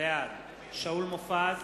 בעד שאול מופז,